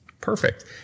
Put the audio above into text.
Perfect